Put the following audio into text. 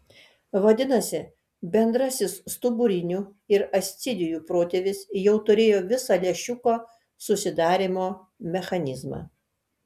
vadinasi bendrasis stuburinių ir ascidijų protėvis jau turėjo visą lęšiuko susidarymo mechanizmą